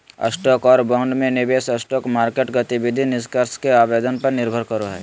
stock और bond में निवेश स्टॉक मार्केट गतिविधि निष्कर्ष के आवेदन पर निर्भर करो हइ